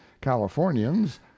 californians